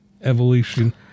evolution